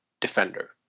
defender